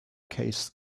case